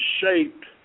shaped